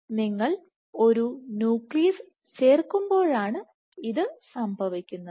നിങ്ങൾ ഒരു ന്യൂക്ലിയസ് ചേർക്കുമ്പോഴാണ് ഇത് സംഭവിക്കുന്നത്